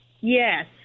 Yes